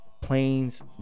planes